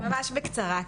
ממש בקצרה,